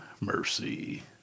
Mercy